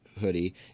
hoodie